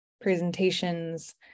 presentations